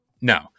No